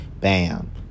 Bam